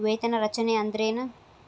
ವೇತನ ರಚನೆ ಅಂದ್ರೆನ?